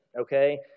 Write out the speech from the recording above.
okay